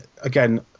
again